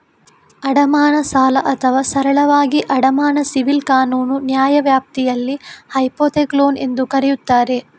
ಅಡಮಾನ ಸಾಲ ಅಥವಾ ಸರಳವಾಗಿ ಅಡಮಾನ ಸಿವಿಲ್ ಕಾನೂನು ನ್ಯಾಯವ್ಯಾಪ್ತಿಯಲ್ಲಿ ಹೈಪೋಥೆಕ್ಲೋನ್ ಎಂದೂ ಕರೆಯುತ್ತಾರೆ